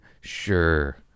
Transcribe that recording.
Sure